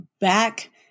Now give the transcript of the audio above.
back